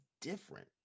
different